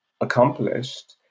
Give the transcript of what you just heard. accomplished